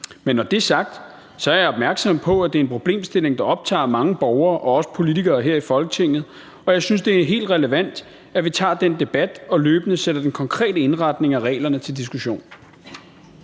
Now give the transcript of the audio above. når det er sagt, er jeg opmærksom på, at det er en problemstilling, der optager mange borgere og også politikere her i Folketinget, og jeg synes, det er helt relevant, at vi tager den debat og løbende sætter den konkrete indretning af reglerne til diskussion.